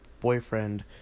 boyfriend